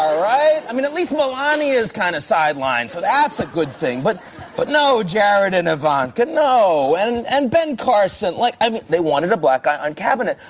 i mean, at least melania's kind of sidelined. so, that's a good thing. but but no, jared and ivanka. no. and and ben carson. like, i mean, they wanted a black guy on cabinet.